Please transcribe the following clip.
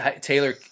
Taylor